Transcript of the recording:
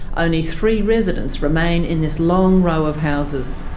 only three residents remain in this long row of houses.